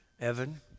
Evan